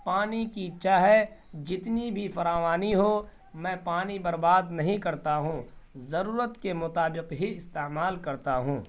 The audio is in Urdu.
پانی کی چاہے جتنی بھی فراوانی ہو میں پانی برباد نہیں کرتا ہوں ضرورت کے مطابق ہی استعمال کرتا ہوں